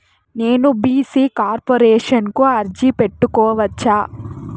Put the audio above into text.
నేను BC corporation కు అర్జీ పెట్టుకోవచ్చా?